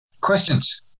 Questions